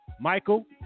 Michael